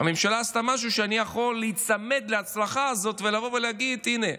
הממשלה עשתה משהו ואני יכול להיצמד להצלחה הזאת ולבוא ולהגיד: הינה,